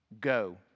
go